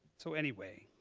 so anyway,